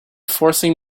forcing